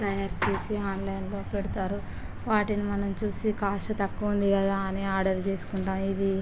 తయారు చేసి ఆన్లైన్లో పెడుతారు వాటిని మనం చూసి కాస్ట్ తక్కువ ఉంది కదా అని ఆర్డర్ చేసుకుంటాము ఇది